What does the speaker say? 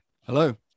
Hello